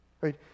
Right